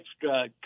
extra